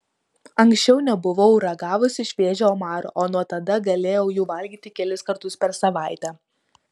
anksčiau nebuvau ragavusi šviežio omaro o nuo tada galėjau jų valgyti kelis kartus per savaitę